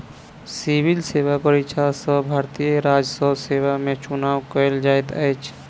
civil सेवा परीक्षा सॅ भारतीय राजस्व सेवा में चुनाव कयल जाइत अछि